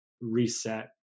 reset